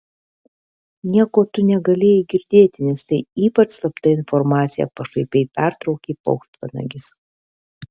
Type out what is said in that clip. nieko tu negalėjai girdėti nes tai ypač slapta informacija pašaipiai pertraukė paukštvanagis